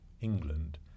England